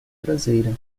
traseira